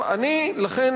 לכן,